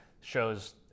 shows